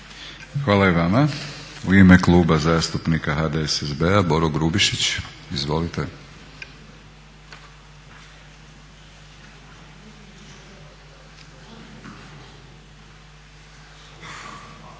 Hvala i vama. U ime Kluba zastupnika HDSSB-a Boro Grubišić. Izvolite.